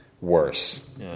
worse